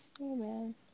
Amen